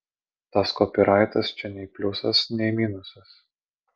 tas kopyraitas čia nei pliusas nei minusas